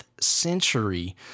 century